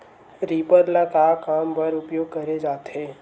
Reaper ल का काम बर उपयोग करे जाथे?